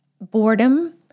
boredom